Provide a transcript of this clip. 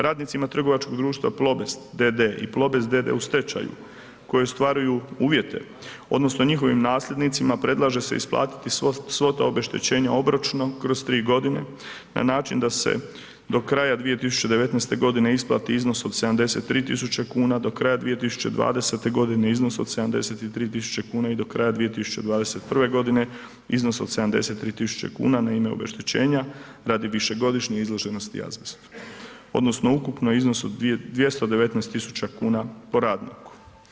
Radnicima trgovačkog društva Plobest d.d. i Plobest d.d. u stečaju koji ostvaruju uvjete, odnosno njihovih nasljednicima, predlaže se isplatiti svo to obeštećenje obročno kroz 3 g. na način da se do kraja 2019. isplati iznos od 73 tisuće kuna, do kraja 2020. iznos od 73 tisuće kn i do kraj 2021. g. iznos od 73 tisuće kuna na ime obeštećenja radi višegodišnje izloženosti azbestu odnosno ukupno iznosu od 219 tisuća kuna po radniku.